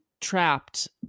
trapped